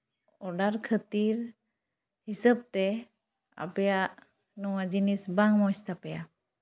order ᱠᱷᱟᱹᱛᱤᱨ ᱦᱤᱥᱟᱹᱵ ᱛᱮ ᱟᱯᱮᱭᱟᱜ ᱱᱚᱣᱟ ᱡᱤᱱᱤᱥ ᱵᱟᱝ ᱢᱚᱡᱽ ᱛᱟᱯᱮᱭᱟ